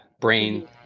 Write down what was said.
brain